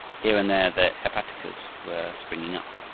here and there the hepaticas were springing up.